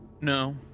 No